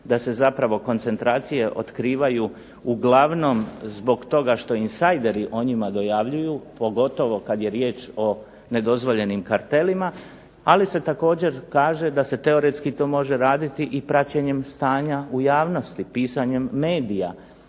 da se zapravo koncentracije otkrivaju uglavnom zbog toga što insajderi o njima dojavljuju, pogotovo kad je riječ o nedozvoljenim kartelima, ali se također kaže da se teoretski to može raditi i praćenjem stanja u javnosti, pisanjem medija,